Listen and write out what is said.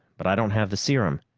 but i don't have the serum.